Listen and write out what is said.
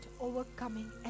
overcoming